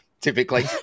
typically